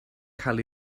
cael